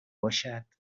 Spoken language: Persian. باشد